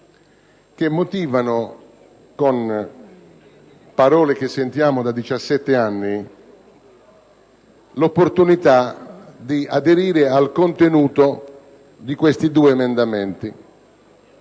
che motivano, con parole che sentiamo da 17 anni, l'opportunità di aderire al contenuto di questi due emendamenti.